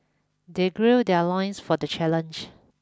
they gird their loins for the challenge